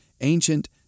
ancient